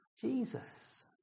Jesus